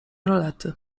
rolety